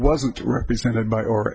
wasn't represented by or